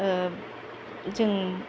जों